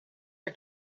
for